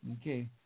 Okay